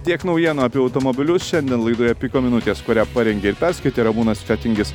tiek naujienų apie automobilius šiandien laidoje piko minutės kurią parengė ir perskaitė ramūnas fetingis